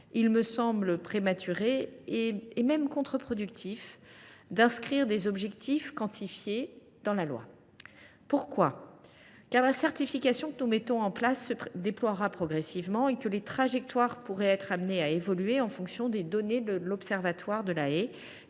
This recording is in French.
il me semble prématuré, et même contre productif, d’inscrire dès à présent des objectifs quantifiés dans la loi. En effet, la certification que nous mettons en place se déploiera progressivement. Les trajectoires pourraient être amenées à évoluer en fonction des données de l’observatoire de la haie,